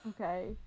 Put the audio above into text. Okay